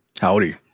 Howdy